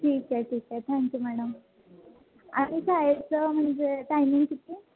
ठीक आहे ठीक आहे थँक्यू मॅडम आणि शाळेचं म्हणजे टायमिंग किती